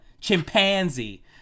chimpanzee